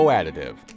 Additive